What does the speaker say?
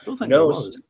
no